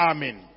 Amen